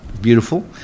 beautiful